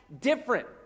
different